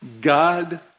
God